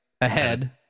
ahead